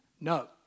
No